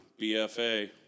BFA